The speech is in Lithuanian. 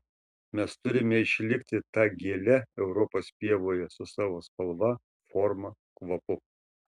mes turime išlikti ta gėle europos pievoje su savo spalva forma kvapu